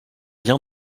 rien